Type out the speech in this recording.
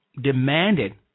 demanded